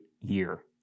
year